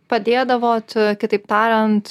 padėdavot e kitaip tariant